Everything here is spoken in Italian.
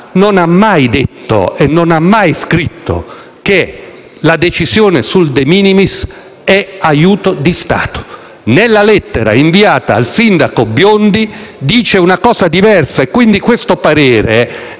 non ha mai detto e scritto che la decisione sul *de minimis* è aiuto di Stato. Nella lettera inviata al sindaco Biondi si dice una cosa diversa, quindi il parere